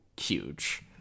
huge